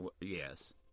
yes